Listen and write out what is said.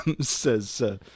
says